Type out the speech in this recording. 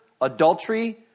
adultery